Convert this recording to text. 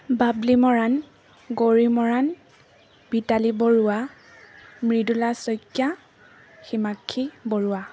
Babli Moran Gauri Moran Pitali Barua Mridula Saikia Himakshi Barua